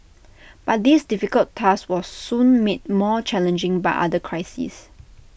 but this difficult task was soon made more challenging by another crisis